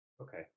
Okay